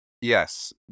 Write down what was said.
Yes